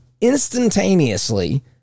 instantaneously